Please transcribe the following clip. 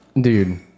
Dude